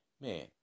man